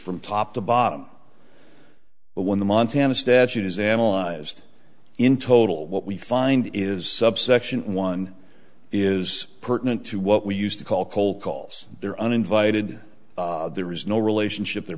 from top to bottom but when the montana statute is analyzed in total what we find is subsection one is pertinent to what we used to call cold calls there uninvited there is no relationship there